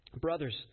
Brothers